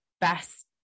best